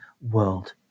world